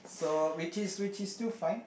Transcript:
so which is which is still fine